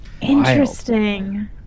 interesting